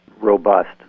robust